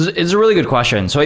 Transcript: it's a really good question. so